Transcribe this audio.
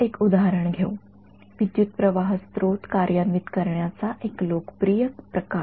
तर एक उदाहरण घेऊ विद्युतप्रवाह स्त्रोत कार्यान्वित करण्याचा एक लोकप्रिय प्रकार